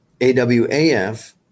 AWAF